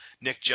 Nick